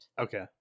Okay